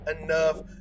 enough